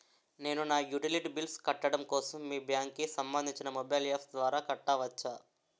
నేను నా utility bills కట్టడం కోసం మీ బ్యాంక్ కి సంబందించిన మొబైల్ అప్స్ ద్వారా కట్టవచ్చా?